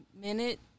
minute